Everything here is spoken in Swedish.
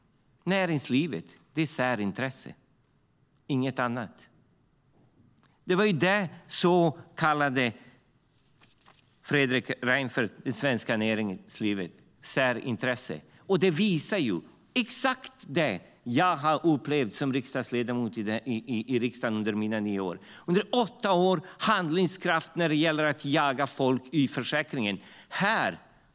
Näringslivet är ett särintresse, inget annat. Det var så Fredrik Reinfeldt kallade det svenska näringslivet. Det visar exakt det jag har upplevt under mina nio år som riksdagsledamot. Under åtta år visades handlingskraft när det gällde att jaga folk ut ur sjukförsäkringen.